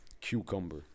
cucumber